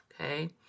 okay